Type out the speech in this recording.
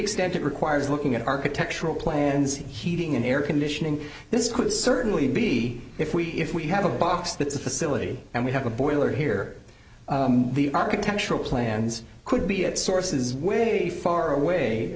extent it requires looking at architectural plans heating and air conditioning this could certainly be if we if we have a box that is a facility and we have a boiler here the architectural plans could be at sources where he far away